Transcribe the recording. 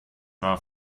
war